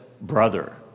brother